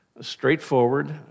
straightforward